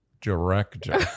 director